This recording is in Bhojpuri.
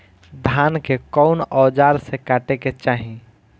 धान के कउन औजार से काटे के चाही?